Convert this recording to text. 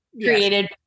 created